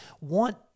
want